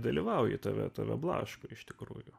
dalyvauji tave tave blaško iš tikrųjų